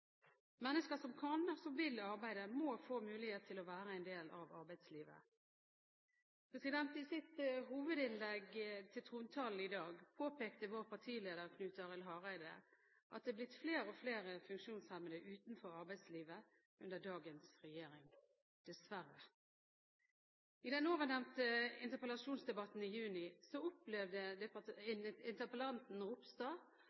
Mennesker som kan og vil arbeide, må få mulighet til å være en del av arbeidslivet. I sitt hovedinnlegg til trontalen i dag påpekte vår partileder, Knut Arild Hareide, at det er blitt flere og flere funksjonshemmede utenfor arbeidslivet under dagens regjering, dessverre. I den ovennevnte interpellasjonsdebatten i juni opplevde